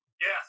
Yes